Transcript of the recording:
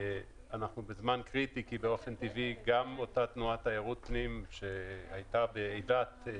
אנחנו בזמן קריטי כי באופן טבעי גם אותה תנועת תיירות פנים שהייתה בקיץ